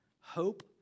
Hope